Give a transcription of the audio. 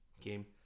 game